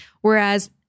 Whereas